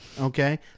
Okay